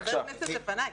חברי כנסת לפניי.